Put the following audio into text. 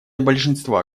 большинства